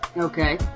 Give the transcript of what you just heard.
Okay